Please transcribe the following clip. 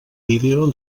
vídeo